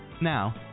Now